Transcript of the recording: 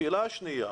השאלה השנייה.